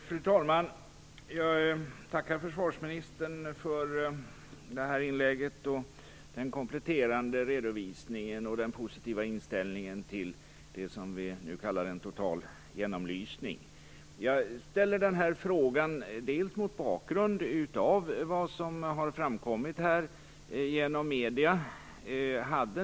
Fru talman! Jag tackar försvarsministern för detta inlägg med den kompletterande redovisningen, och den positiva inställningen till det som nu kallas en total genomlysning. Jag har väckt interpellationen mot bakgrund av vad som har framkommit genom medierna.